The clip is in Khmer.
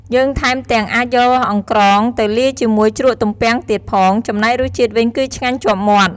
យើងថែមទាំងអាចយកអង្រ្កងទៅលាយជាមួយជ្រក់ទំពាំងទៀតផង ចំណែករសជាតិវិញគឺឆ្ងាញ់ជាប់មាត់។